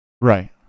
right